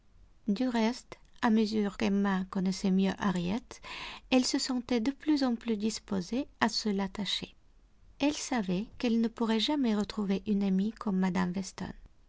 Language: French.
du reste à mesure qu'emma connaissait mieux harriet elle se sentait de plus en plus disposée à se l'attacher elle savait qu'elle ne pourrait jamais retrouver une amie comme mme weston